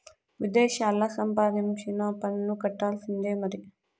విదేశాల్లా సంపాదించినా పన్ను కట్టాల్సిందే మరి